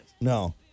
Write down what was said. No